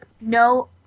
no